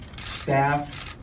staff